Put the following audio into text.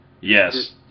Yes